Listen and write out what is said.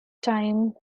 time